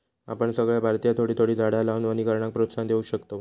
आपण सगळे भारतीय थोडी थोडी झाडा लावान वनीकरणाक प्रोत्साहन देव शकतव